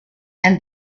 and